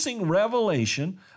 revelation